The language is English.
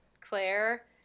Claire